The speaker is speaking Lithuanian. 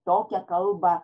tokią kalbą